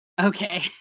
Okay